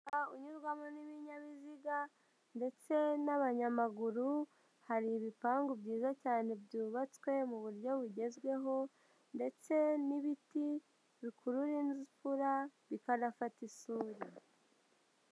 Umuhanda unyurwamo n'ibinyabiziga ndetse n'abanyamaguru, hari ibipangu byiza cyane byubatswe mu buryo bugezweho ndetse n'ibiti bikurura imvura, bikanafata isuri.